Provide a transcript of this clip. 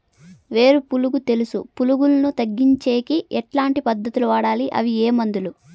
వేరు పులుగు తెలుసు పులుగులను తగ్గించేకి ఎట్లాంటి పద్ధతులు వాడాలి? అవి ఏ మందులు?